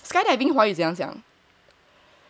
skydiving 华语这么样讲